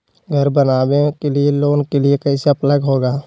घर बनावे लिय लोन के लिए कैसे अप्लाई होगा?